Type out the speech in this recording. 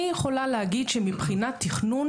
אני יכולה להגיד שמבחינת תכנון,